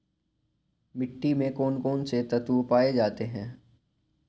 मिट्टी में कौन कौन से तत्व पाए जाते हैं?